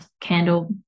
candle